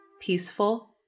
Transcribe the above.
peaceful